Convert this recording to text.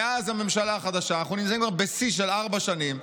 מאז הממשלה החדשה אנחנו נמצאים כבר בשיא של ארבע שנים,